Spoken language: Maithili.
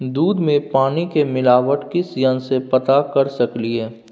दूध में पानी के मिलावट किस यंत्र से पता कर सकलिए?